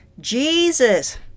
Jesus